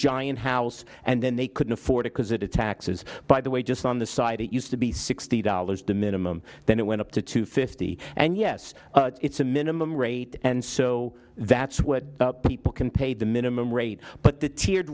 giant house and then they couldn't afford it because it taxes by the way just on the side it used to be sixty dollars to minimum then it went up to two fifty and yes it's a minimum rate and so that's what people can pay the minimum rate but the tiered